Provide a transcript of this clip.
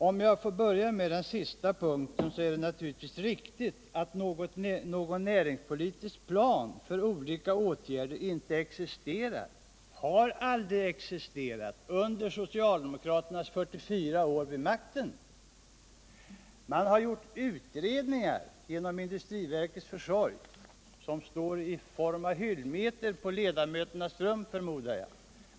Om jag börjar med den sista punkten är det naturligtvis riktigt att någon näringspolitisk plan för de olika åtgärderna inte existerar, och någon sådan har aldrig existerat under socialdemokraternas 44 år vid makten. Det har genom industriverkets försorg gjorts utredningar som står hyllmetervis på ledamöternas rum, förmodar jag.